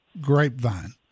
Grapevine